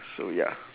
so ya